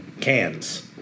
cans